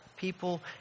People